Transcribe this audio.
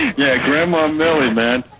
yeah, grandma millie, man!